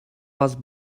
was